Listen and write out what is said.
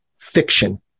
fiction